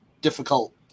difficult